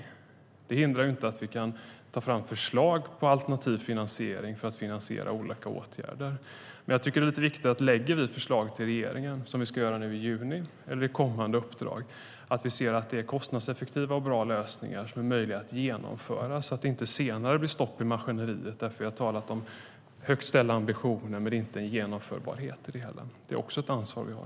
Men det hindrar inte att vi kan ta fram förslag på alternativ finansiering för att finansiera olika åtgärder. Jag tycker att det är rätt viktigt att när vi lägger fram förslag för regeringen, som vi ska göra nu i juni eller gör i kommande uppdrag, är det viktigt att det är kostnadseffektiva och bra lösningar som är möjliga att genomföra, så att det inte senare blir stopp i maskineriet, eftersom vi har talat om höga ambitioner men inte genomförbarhet i det hela. Det är också ett ansvar som vi har.